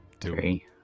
Three